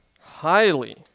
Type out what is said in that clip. highly